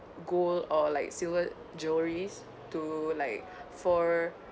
gold or like silver jewelleries to like for